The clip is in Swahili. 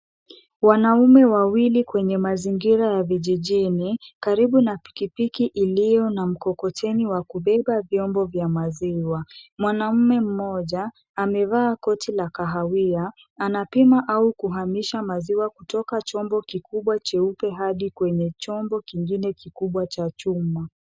Wanaume wawili kwenye mazingira ya vijijini, karibu na pikipiki iliyo na mkokoteni wa kubeba vyombo vya maziwa. mwanamme moja amevaa koti la kahawai anapima au kuhamisha maziwa kutoka chombo kikubwa jeupe hadi kwenye chombo kingine kikubwa cha chuma.